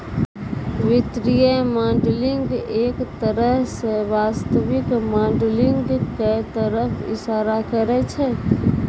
वित्तीय मॉडलिंग एक तरह स वास्तविक मॉडलिंग क तरफ इशारा करै छै